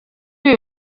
ibi